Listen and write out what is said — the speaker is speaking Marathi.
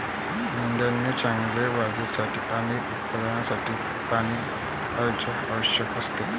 मेंढ्यांना चांगल्या वाढीसाठी आणि उत्पादनासाठी पाणी, ऊर्जा आवश्यक असते